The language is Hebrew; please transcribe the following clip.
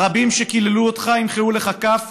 הרבים שקיללו אותך ימחאו לך כף,